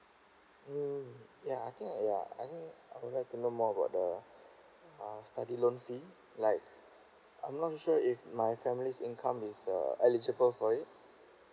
mm yeah I think yeah I think I would like to know more about the uh study loan fee like I'm not sure if my family's income is uh eligible for it